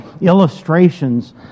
illustrations